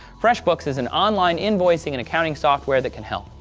freshbooks, is an online invoicing and accounting software that can help.